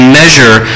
measure